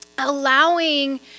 allowing